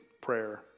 prayer